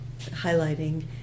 highlighting